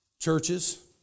churches